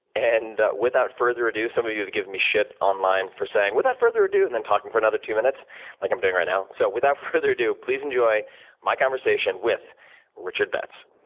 and without further ado, some of you have given me shit online for saying without further ado and then talking for another two minutes like i'm doing right now. so without further ado, please enjoy my conversation with richard betts.